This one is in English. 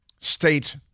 state